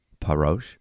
Parosh